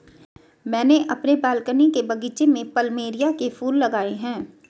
मैंने अपने बालकनी के बगीचे में प्लमेरिया के फूल लगाए हैं